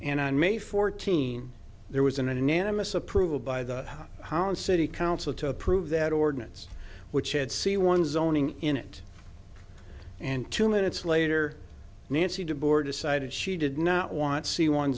and on may fourteenth there was an anonymous approval by the holland city council to approve that ordinance which had c one zoning in it and two minutes later nancy to board decided she did not want see one